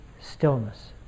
stillness